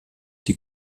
die